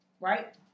right